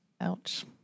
Ouch